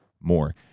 more